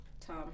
Tom